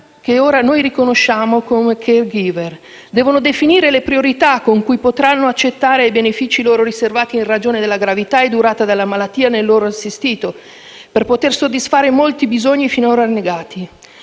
che ora noi riconosciamo come *caregiver*; devono definire le priorità con cui potranno accedere ai benefici loro riservati in ragione della gravità e durata della malattia del loro assistito, per poter soddisfare i molti bisogni sinora negati.